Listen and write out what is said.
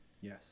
Yes